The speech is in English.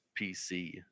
PC